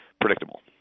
predictable